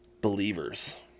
believers